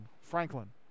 Franklin